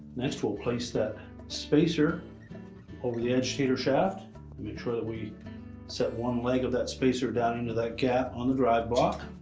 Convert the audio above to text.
next, we'll place that spacer over the agitator shaft, to make sure that we set one leg of that spacer down into that gap on the drive block.